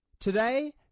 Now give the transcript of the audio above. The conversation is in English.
Today